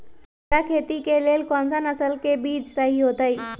बाजरा खेती के लेल कोन सा नसल के बीज सही होतइ?